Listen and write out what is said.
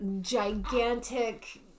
gigantic